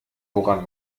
woran